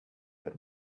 but